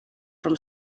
from